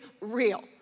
real